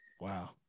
wow